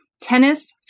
tennis